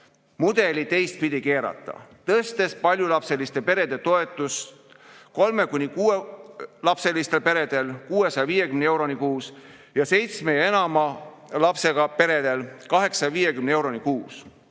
mudeli teistpidi keerata, tõstes paljulapseliste perede toetust kolme‑ kuni kuuelapselistel peredel 650 euroni kuus ning seitsme ja enama lapsega peredel 850 euroni kuus.